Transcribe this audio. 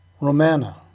Romana